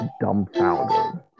dumbfounded